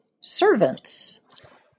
servants